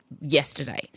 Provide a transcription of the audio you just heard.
yesterday